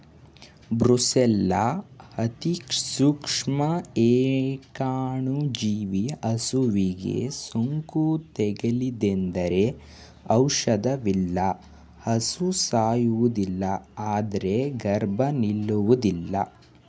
brucella ಅತಿಸೂಕ್ಷ್ಮ ಏಕಾಣುಜೀವಿ ಹಸುವಿಗೆ ಸೋಂಕು ತಗುಲಿತೆಂದರೆ ಔಷಧವಿಲ್ಲ ಹಸು ಸಾಯುವುದಿಲ್ಲ ಆದ್ರೆ ಗರ್ಭ ನಿಲ್ಲುವುದಿಲ್ಲ